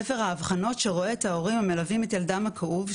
ספר האבחנות שרואה את ההורים המלווים את ילדם הכאוב,